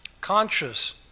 conscious